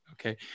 Okay